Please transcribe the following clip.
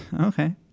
Okay